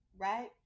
right